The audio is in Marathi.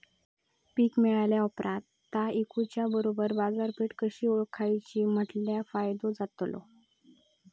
पीक मिळाल्या ऑप्रात ता इकुच्या बरोबर बाजारपेठ कशी ओळखाची म्हटल्या फायदो जातलो?